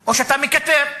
או שאתה מקטר.